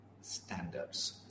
standards